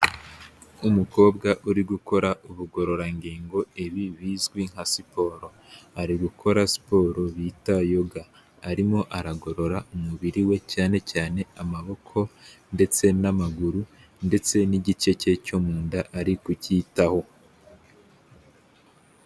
Umukobwa uri gukora ubugororangingo ibi bizwi nka siporo, ari gukora siporo bita yoga, arimo aragorora umubiri we cyane cyane amaboko ndetse n'amaguru ndetse n'igice cye cyo mu nda ari kucyitaho.